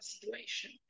situation